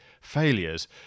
failures